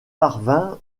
parvint